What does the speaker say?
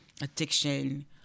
addiction